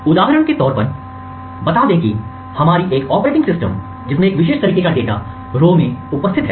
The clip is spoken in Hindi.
उदाहरण के तौर पर बता दे की हमारी एक ऑपरेटिंग सिस्टम जिसमें एक विशेष तरीके का डाटा रो उपस्थित है